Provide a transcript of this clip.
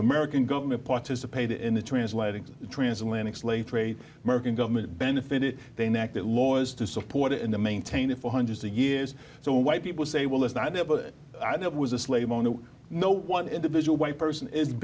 american government participated in the translating transatlantic slave trade american government benefit it then that that law is to support it and to maintain it for hundreds of years so white people say well listen i never was a slave owner no one individual white person